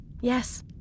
Yes